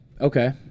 Okay